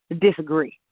Disagree